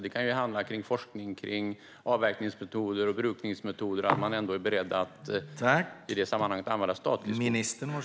Det kan handla om forskning om avverkningsmetoder och brukningsmetoder där man i det sammanhanget är beredd att använda statlig skog.